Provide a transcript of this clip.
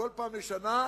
כל פעם לשנה,